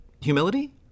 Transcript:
humility